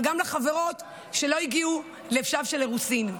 אבל גם לחברות שלא הגיעו לשלב של אירוסין.